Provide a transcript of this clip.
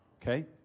Okay